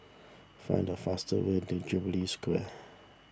find the fastest way to Jubilee Square